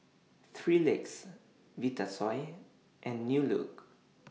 three Legs Vitasoy and New Look